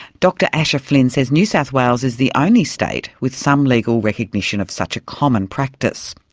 dr asher flynn says new south wales is the only state with some legal recognition of such a common practice.